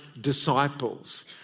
disciples